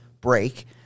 break